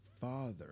Father